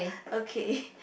okay